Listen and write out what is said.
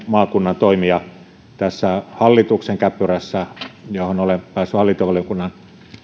maakunnan toimia tässä hallituksen käppyrässä johon olen päässyt hallintovaliokunnan